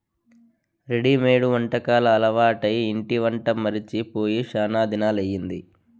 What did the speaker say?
readymade వంటకాలు అలవాటై ఇంటి వంట మరచి పోయి శానా దినాలయ్యింది